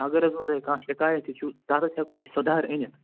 اگرحظ وٕ تۄہہِ کانٛہہ شِکایت تہِ چھُ تتھ حظ ہٮ۪کَو أسۍ سُدھار أنتھ